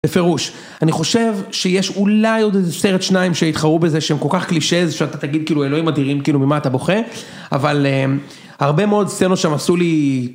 בפירוש, אני חושב שיש אולי עוד איזה סרט שניים שהתחרו בזה שהם כל כך קלישז שאתה תגיד כאילו אלוהים אדירים כאילו ממה אתה בוכה, אבל הרבה מאוד סצנות שם עשו לי.